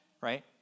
right